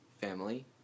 family